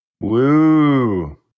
woo